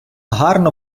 гарно